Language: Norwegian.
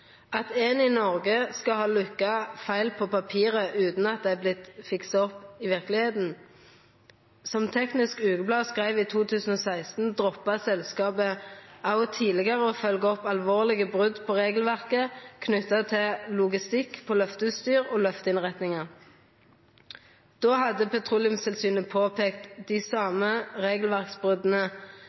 at Eni Norge skal ha lukka feil på papiret utan at det er vorte fiksa opp i verkelegheita. Som Teknisk Ukeblad skreiv i 2016, droppa selskapet òg tidlegare å følgja opp alvorlege brot på regelverket knytte til logistikk på lyfteutstyr og lyfteinnrettingar. Då hadde Petroleumstilsynet påpeikt dei same